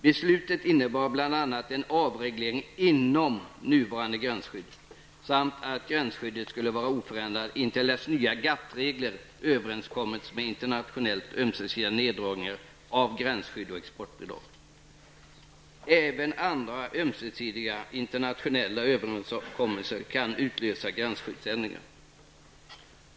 Beslutet innebar bl.a. en avreglering inom nuvarande gränsskydd samt att gränsskyddet skulle vara oförändrat intill dess nya GATT-regler överenskommits med internationellt ömsesidiga neddragningar av gränsskydd och exportbidrag. Även andra ömsesidiga internationella överenskommelser kan utlösa gränsjusteringar.''